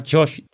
Josh